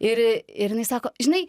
ir ir jinai sako žinai